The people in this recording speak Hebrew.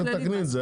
תתקני את זה.